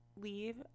leave